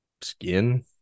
skin